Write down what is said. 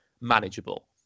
manageable